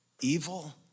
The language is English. evil